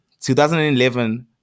2011